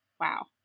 wow